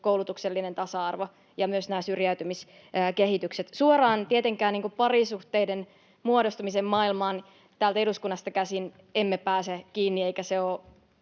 koulutuksellinen tasa-arvo ja myös nämä syrjäytymiskehitykset. Suoraan parisuhteiden muodostumisen maailmaan täältä eduskunnasta käsin emme tietenkään pääse kiinni, eikä se ole